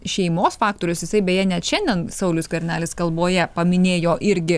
šeimos faktorius jisai beje net šiandien saulius skvernelis kalboje paminėjo irgi